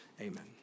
amen